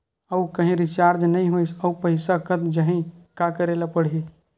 आऊ कहीं रिचार्ज नई होइस आऊ पईसा कत जहीं का करेला पढाही?